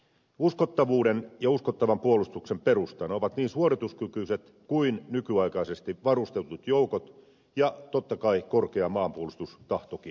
uskottavuuden ja uskottavan puolustuksen perustana ovat niin suorituskykyiset kuin nykyaikaisesti varustetut joukot ja totta kai korkea maanpuolustustahtokin